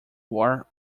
war